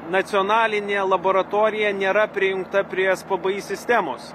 nacionalinė laboratorija nėra prijungta prie es pbi sistemos